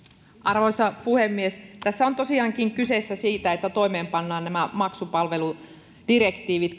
arvoisa puhemies tässä on tosiaankin kyse siitä että toimeenpannaan maksupalveludirektiivit